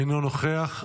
אינו נוכח.